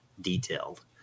detailed